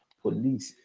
police